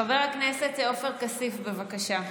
חבר הכנסת עופר כסיף, בבקשה.